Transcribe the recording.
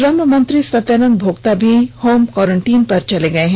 श्रम मंत्री सत्यानंद भोक्ता भी होम क्वारेंटाइन में चले गये हैं